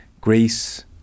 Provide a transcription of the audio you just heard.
Greece